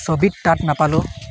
ছবিত তাত নাপালোঁ